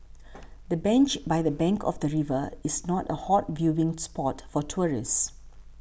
the bench by the bank of the river is not a hot viewing spot for tourists